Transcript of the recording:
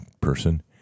person